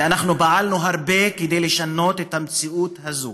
ואנחנו פעלנו הרבה כדי לשנות את המציאות הזאת.